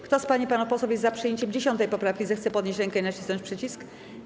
Kto z pań i panów posłów jest za przyjęciem 10. poprawki, zechce podnieść rękę i nacisnąć przycisk.